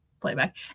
playback